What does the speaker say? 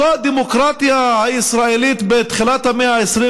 זו הדמוקרטיה הישראלית בתחילת המאה ה-21?